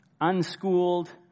unschooled